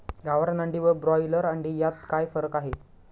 गावरान अंडी व ब्रॉयलर अंडी यात काय फरक आहे?